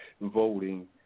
voting